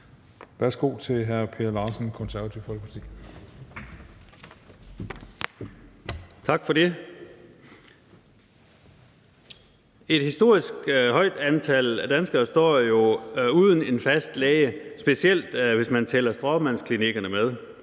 forslagsstillerne) Per Larsen (KF): Tak for det. Et historisk højt antal af danskere står jo uden en fast læge, specielt hvis man tæller stråmandsklinikkerne med,